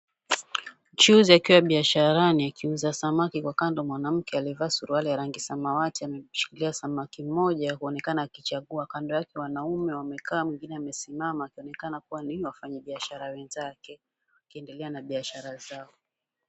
Mchuuzi akiwa biasharani akiuza samaki, kwa kando mwanamke aliyevaa suruali ya rangi ya samawati amemshikilia samaki mmoja kuonekana akichagua. Kando yake wanaume wamekaa mwingine amesimama kuonekana kuwa ni wafanyibiashara wenzake wakiendelea na biashara zao.